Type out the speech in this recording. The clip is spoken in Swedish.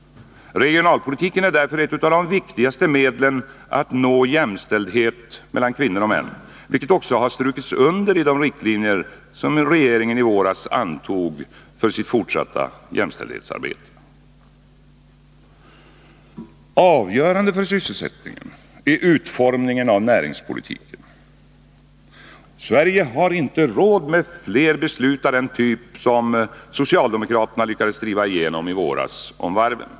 Regionalpolitiken är därför ett av de viktigaste medlen att nå jämställdhet mellan kvinnor och män, vilket också har strukits under i de riktlinjer som regeringen i våras antog för sitt fortsatta jämställdhetsarbete. Avgörande för sysselsättningen är utformningen av näringspolitiken. Sverige har inte råd med fler beslut av den typ som det socialdemokraterna lyckades driva igenom i våras om varven.